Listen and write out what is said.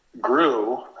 grew